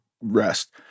rest